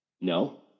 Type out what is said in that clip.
No